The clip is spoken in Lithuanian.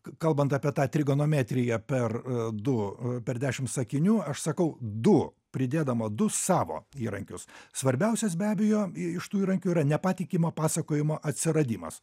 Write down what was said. kalbant apie tą trigonometriją per a du per dešimt sakinių aš sakau du pridėdama du savo įrankius svarbiausias be abejo i iš tų įrankių yra nepatikimo pasakojimo atsiradimas